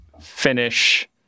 finish